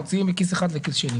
מוציאים מכיס אחד לכיס שני.